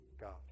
God